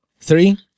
Three